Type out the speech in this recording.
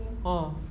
ah